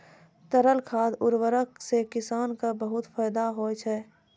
तरल खाद उर्वरक सें किसान क बहुत फैदा होय छै